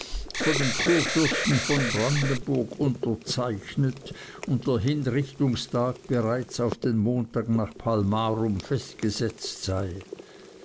von dem kurfürsten von brandenburg unterzeichnet und der hinrichtungstag bereits auf den montag nach palmarum festgesetzt sei